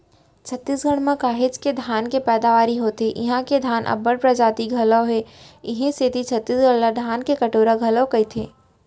छत्तीसगढ़ म काहेच के धान के पैदावारी होथे इहां धान के अब्बड़ परजाति घलौ हे इहीं सेती छत्तीसगढ़ ला धान के कटोरा घलोक कइथें